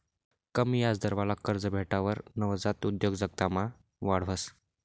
कमी याजदरवाला कर्ज भेटावर नवजात उद्योजकतामा वाढ व्हस